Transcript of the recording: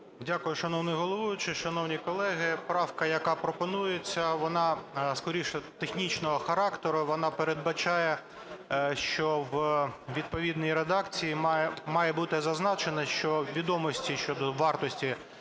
Дякую, шановний головуючий. Шановні колеги, правка, яка пропонується, вона, скоріше, технічного характеру. Вона передбачає, що у відповідній редакції має бути зазначено, що відомості щодо вартості